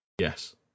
Yes